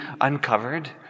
uncovered